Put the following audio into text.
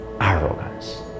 arrogance